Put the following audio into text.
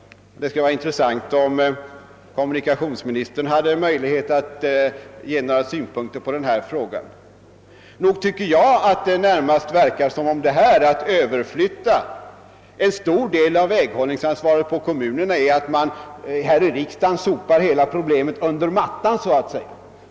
Det vore bra om kommunikationsministern hade möjlighet att anlägga några synpunkter på denna fråga. Nog tycker jag att det närmast verkar som om detta att överflytta en stor del av väghållningsansvaret på kommunerna innebär att riksdagen så att säga sopar hela problemet under mattan.